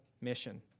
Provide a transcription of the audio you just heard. mission